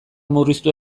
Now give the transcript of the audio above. murriztu